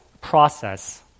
process